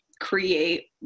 create